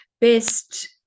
best